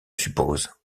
suppose